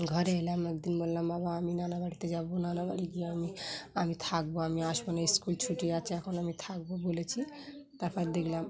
ঘরে এলাম একদিন বললাম বাবা আমি নানা বাড়িতে যাবো নানা বাাড়ি গিয়ে আমি আমি থাকবো আমি আসবো না স্কুল ছুটি আছে এখন আমি থাকবো বলেছি তারপর দেখলাম